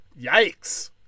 yikes